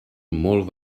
molt